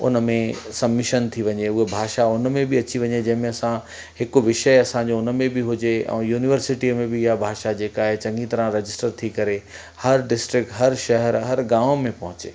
उन में सम्मिशन थी वञे उहा भाषा उन में बि अची वञे जंहिंमें असां हिकु विषय असांजो उन में बि हुजे ऐं यूनिवर्सिटीअ में बि इहा भाषा जेका आहे चङी तरह रजिस्टर थी करे हर डिस्ट्रिक हर शहर हर गांव में पहुंचे